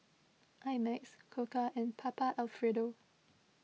I Max Koka and Papa Alfredo